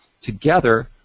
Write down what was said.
Together